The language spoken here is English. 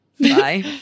Bye